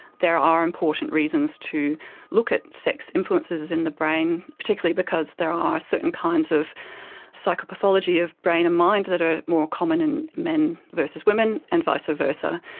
there are important reasons to look at sex influences in the brain, particularly because there are certain kinds of psychopathology of brain and mind that are more common in men versus women and vice versa.